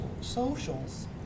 socials